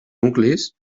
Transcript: nuclis